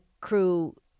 crew